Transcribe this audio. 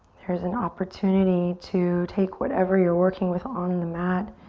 there's an opportunity to take whatever you're working with on the mat